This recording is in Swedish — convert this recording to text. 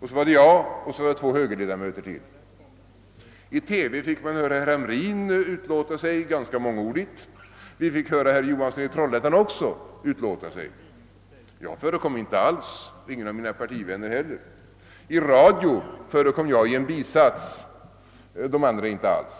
jag själv och två högerledamöter till. I TV fick man höra herr Hamrin utlåta sig ganska mångordigt. Vi fick också höra herr Johansson i Trollhättan utlåta sig. Jag förekom inte alls, ingen av mina partivänner heller. I radio förekom jag i en bisats, de andra inte alls.